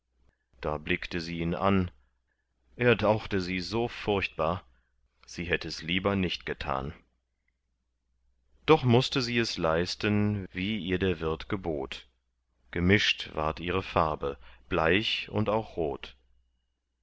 da blickte sie ihn an er dauchte sie so furchtbar sie hätt es lieber nicht getan doch mußte sie es leisten wie ihr der wirt gebot gemischt ward ihre farbe bleich und auch rot